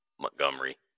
Montgomery